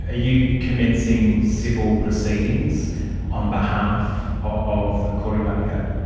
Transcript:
ah you commencing civil proceedings on behalf of corey barker?